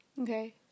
Okay